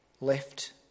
left